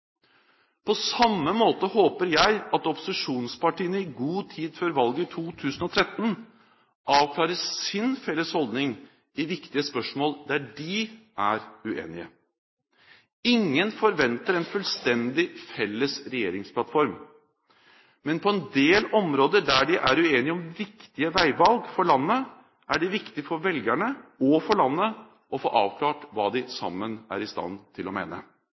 På samme måte håper jeg at opposisjonspartiene i god tid før valget i 2013 avklarer sin felles holdning i viktige spørsmål der de er uenige. Ingen forventer en fullstendig felles regjeringsplattform, men på en del områder der de er uenige om viktige veivalg for landet, er det viktig for velgerne og for landet å få avklart hva de sammen er i stand til å mene